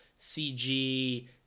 CG